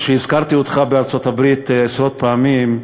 שהזכרתי אותך בארצות-הברית עשרות פעמים,